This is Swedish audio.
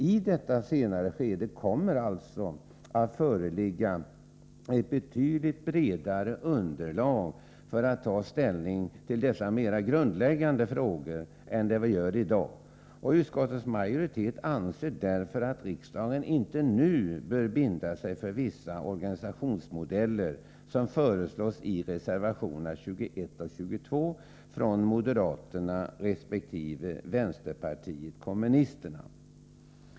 I detta senare skede kommer alltså att föreligga ett betydligt bredare underlag för att ta ställning till dessa mer grundläggande frågor än vad det gör i dag. Utskottets majoritet anser därför att riksdagen inte nu bör binda sig för vissa organisationsmodeller, såsom föreslås i reservationerna 21 och 22 från moderaterna resp. vänsterpartiet kommunisterna.